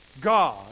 God